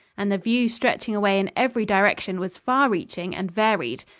and the view stretching away in every direction was far-reaching and varied.